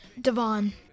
Devon